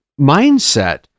mindset